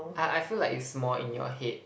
I I feel like it's more in your head